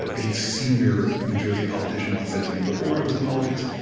ah a senior new jersey politician once said to me, before i was in politics,